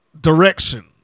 direction